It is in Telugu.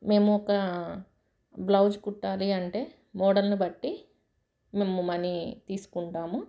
మేము ఒక బ్లౌజ్ కుట్టాలి అంటే మోడల్ను బట్టి మేము మనీ తీసుకుంటాము